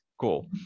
cool